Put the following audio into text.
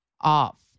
off